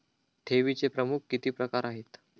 ठेवीचे प्रमुख किती प्रकार आहेत?